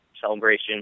celebration